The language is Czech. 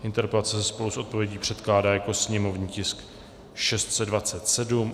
Interpelace se spolu s odpovědí předkládá jako sněmovní tisk 627.